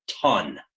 ton